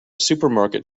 supermarket